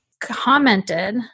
Commented